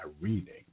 reading